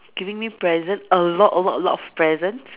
giving me present a lot a lot a lot of presents